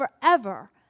forever